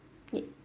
it